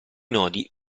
nodi